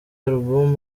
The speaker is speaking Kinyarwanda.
album